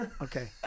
Okay